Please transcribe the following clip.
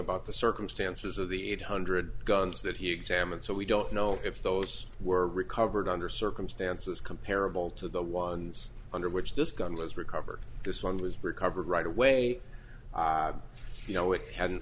about the circumstances of the eight hundred guns that he examined so we don't know if those were recovered under circumstances comparable to the ones under which this gun was recovered this one was recovered right away you know it had